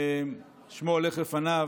שמו הולך לפניו,